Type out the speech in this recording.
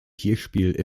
kirchspiel